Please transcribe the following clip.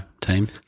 team